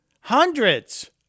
hundreds